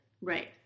Right